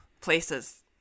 places